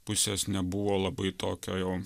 pusės nebuvo labai tokio